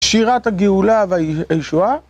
שירת הגאולה והישועה